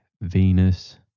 Venus